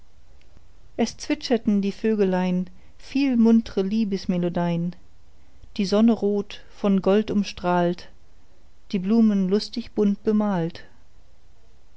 es zwitscherten die vögelein viel muntre liebesmelodein die sonne rot von gold umstrahlt die blumen lustig bunt bemalt